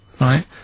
Right